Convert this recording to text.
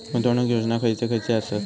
गुंतवणूक योजना खयचे खयचे आसत?